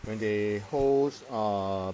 when they host err